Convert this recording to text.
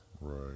Right